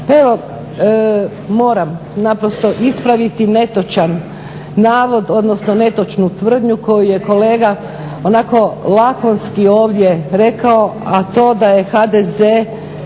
evo moram naprosto ispraviti netočan navod, odnosno netočnu tvrdnju koju je kolega onako lakonski ovdje rekao, a to da HDZ